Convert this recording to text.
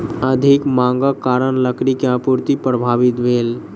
अधिक मांगक कारण लकड़ी के आपूर्ति प्रभावित भेल